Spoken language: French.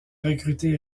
recrutée